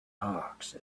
hawks